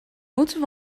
moeten